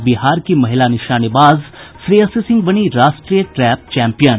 और बिहार की महिला निशानेबाज श्रेयसी सिंह बनी राष्ट्रीय ट्रैप चैम्पियन